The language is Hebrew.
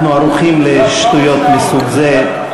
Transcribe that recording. אנחנו ערוכים לשטויות מסוג זה.